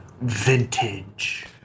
vintage